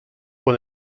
pour